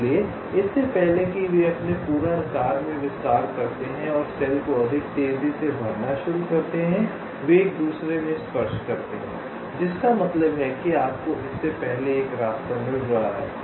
इसलिए इससे पहले कि वे अपने पूर्ण आकार में विस्तार करते हैं और सेल को अधिक तेजी से भरना शुरू करते हैं वे एक दूसरे में स्पर्श करते हैं जिसका मतलब है आपको इससे पहले एक रास्ता मिल रहा है